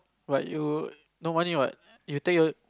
but you no money what you take your